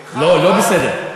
אחד, לא, לא בסדר.